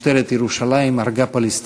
משטרת ירושלים הרגה פלסטיני.